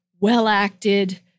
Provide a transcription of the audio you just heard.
well-acted